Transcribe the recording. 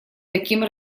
таким